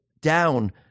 down